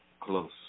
close